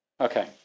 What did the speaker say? Okay